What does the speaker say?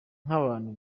nk’abantu